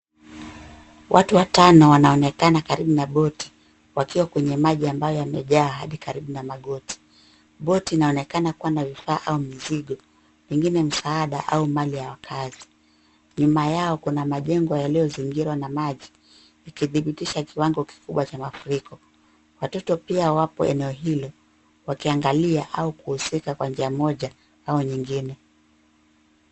Watu watano wanaonekana karibu na boti, wakiwa kwenye maji ambayo yamejaa hadi karibu na magoti. Boti inaonekana kua na vifaa au mizigo, pengine msaada au mali ya wakaazi. Nyuma yao kuna majengo yaliyizingirwa na maji, ikidhibitisha kiwango kikubwa cha mafuriko. Watoto pia wapo eneo hilo, wakiangalia au kuhusika kwa njia moja au nyingine.